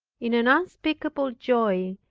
in an unspeakable joy,